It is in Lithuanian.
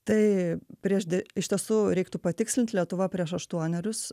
tai prieš de iš tiesų reiktų patikslint lietuva prieš aštuonerius